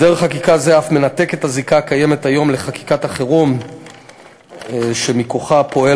הסדר חקיקה זה אף מנתק את הזיקה הקיימת היום לחקיקת החירום שמכוחה פועל